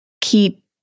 keep